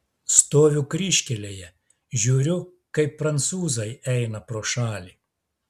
stoviu kryžkelėje žiūriu kaip prancūzai eina pro šalį